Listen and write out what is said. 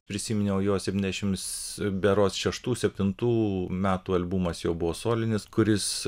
prisiminiau jo septyniasdešims berods šeštų septintų metų albumas jo buvo solinis kuris